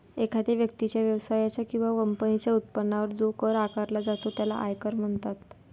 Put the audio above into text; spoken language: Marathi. एखाद्या व्यक्तीच्या, व्यवसायाच्या किंवा कंपनीच्या उत्पन्नावर जो कर आकारला जातो त्याला आयकर म्हणतात